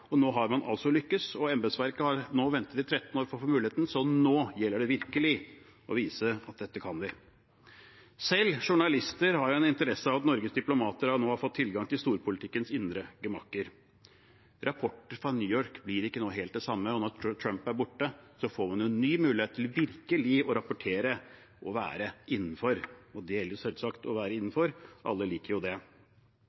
få muligheten, så nå gjelder det virkelig å vise at dette kan vi. Selv journalister har en interesse av at Norges diplomater nå har fått tilgang til storpolitikkens indre gemakker. Rapporter fra New York blir heretter ikke helt det samme, og når Trump er borte, får man en ny mulighet til virkelig å rapportere og være innenfor. Det gjelder selvsagt å være